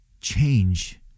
Change